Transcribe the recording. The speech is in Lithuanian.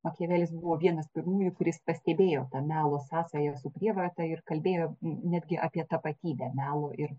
makiavelis buvo vienas pirmųjų kuris pastebėjo tą melo sąsają su prievarta ir kalbėjo netgi apie tapatybę melo ir